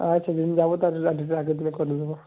আচ্ছা যেদিন যাব তার আগের দিনে করে নেব